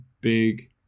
big